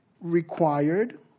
required